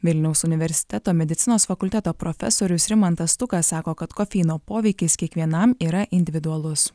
vilniaus universiteto medicinos fakulteto profesorius rimantas stukas sako kad kofeino poveikis kiekvienam yra individualus